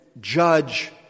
judge